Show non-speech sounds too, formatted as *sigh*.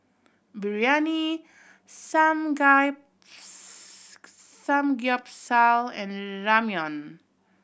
Biryani *unintelligible* Samgyeopsal and Ramyeon